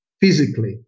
physically